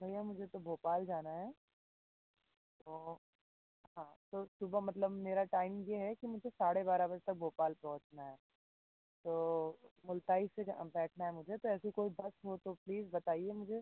भैया मुझे तो भोपाल जाना है तो हाँ तो सुबह मतलब मेरा टाइम यह है कि मुझे साढ़े बारह बजे तक भोपाल पहुँचना है तो मुल्ताई से बैठना है मुझे तो ऐसी कोई बस हो तो प्लीज़ बताइए मुझे